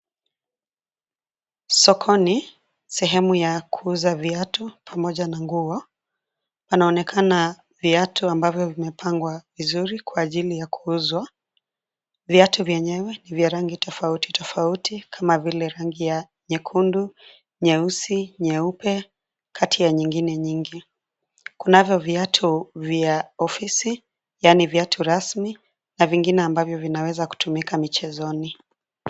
Sokoni, sehemu ya kuuza viatu pamoja na nguo, panaonekana, viatu ambavyo vimepangwa vizuri kwa ajili ya kuuzwa, viatu vyenyewe ni vya rangi tofauti tofauti kama vile rangi ya, nyekundu, nyeusi, nyeupe, kati ya nyingine nyingi. Kunavyo viatu vya ofisi, yaani viatu rasmi, na vingine ambavyo vinaweza kutumika michezoni.